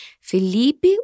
Felipe